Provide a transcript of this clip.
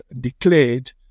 declared